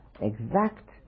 exact